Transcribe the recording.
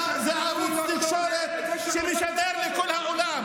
תפסיקו כבר לשקר פה כל הזמן.